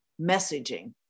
messaging